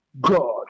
God